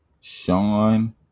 Sean